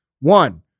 One